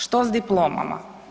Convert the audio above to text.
Što sa diplomama?